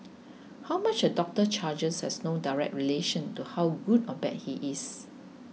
how much a doctor charges has no direct relation to how good or bad he is